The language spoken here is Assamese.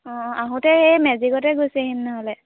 অঁ অঁ আহোঁতে সেই মেজিকতে গুচি আহিম নহ'লে